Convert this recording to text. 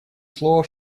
слово